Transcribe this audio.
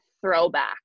throwback